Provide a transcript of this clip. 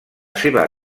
seva